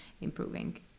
improving